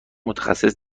متخصص